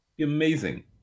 Amazing